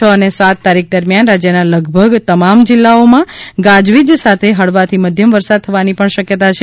છ અને સાત તારીખ દરમિયાન રાજ્યના લગભગ તમામ જિલ્લાઓમાં ગાજવીજ સાથે હળવાથી મધ્યમ વરસાદ થવાની પણ શક્યતા છે